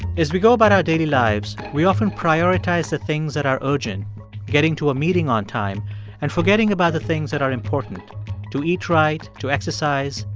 as we go about our daily lives, we often prioritize the things that are urgent getting to a meeting on time and forgetting about the things that are important to eat right, to exercise,